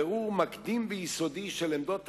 בירור מקדים ויסודי של עמדות הצדדים,